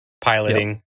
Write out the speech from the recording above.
piloting